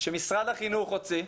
שמשרד החינוך הוציא,